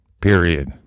Period